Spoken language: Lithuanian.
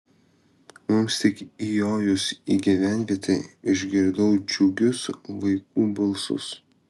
mums tik įjojus į gyvenvietę išgirdau džiugius vaikų balsus